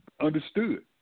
understood